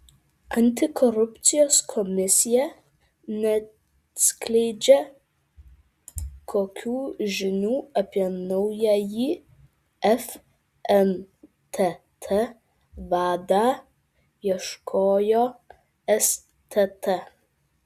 antikorupcijos komisija neatskleidžia kokių žinių apie naująjį fntt vadą ieškojo stt